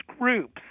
groups